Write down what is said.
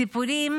סיפורים